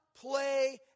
play